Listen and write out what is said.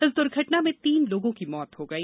इस दुर्घटना में तीन लोगों की मौत हो गई